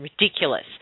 ridiculous